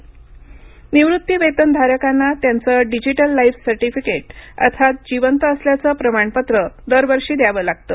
life certificate निवृत्तीवेतनधारकांना त्यांचं digital life certificate अर्थात जिवंत असल्याचं प्रमाणपत्र दरवर्षी द्यावं लागतं